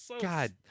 God